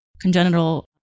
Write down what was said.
congenital